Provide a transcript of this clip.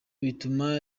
bituma